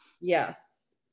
yes